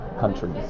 countries